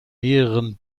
mehreren